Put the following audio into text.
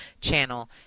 channel